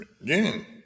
again